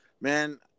man